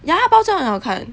ya 包装很好看